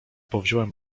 powziąłem